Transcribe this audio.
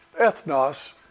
ethnos